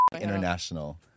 international